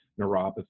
neuropathy